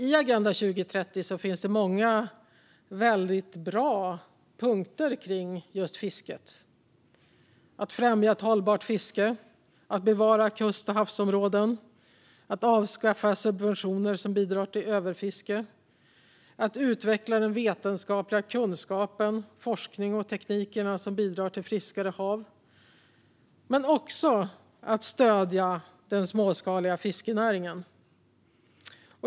I Agenda 2030 finns många väldigt bra punkter kring just fisket: att främja ett hållbart fiske, att bevara kust och havsområden, att avskaffa subventioner som bidrar till överfiske, att öka den vetenskapliga kunskapen, forskningen och tekniken som bidrar till friskare hav och att stödja den småskaliga fiskenäringen.